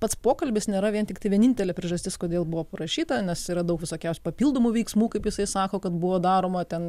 pats pokalbis nėra vien tiktai vienintelė priežastis kodėl buvo parašyta nes yra daug visokiausių papildomų veiksmų kaip jisai sako kad buvo daroma ten